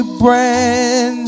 brand